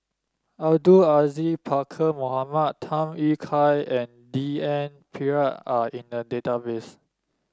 Abdul Aziz Pakkeer Mohamed Tham Yui Kai and D N Pritt are in the database